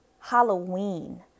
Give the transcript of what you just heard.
Halloween